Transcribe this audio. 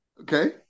Okay